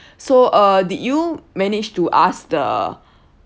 so uh did you manage to ask the